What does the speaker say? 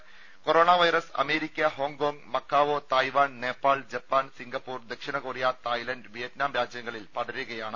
ദേദ മാരകമായ corona virus America Hong Kong Macau Taiwan Nepal Japan Singapore ദക്ഷിണ കൊറിയ തായ്ലാൻഡ് വിയറ്റ്നാം രാജ്യങ്ങളിൽ പടരുകയാണ്